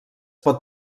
pot